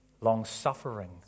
long-suffering